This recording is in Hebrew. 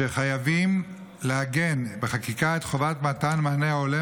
שחייבים לעגן בחקיקה את חובת מתן מענה הולם